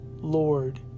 Lord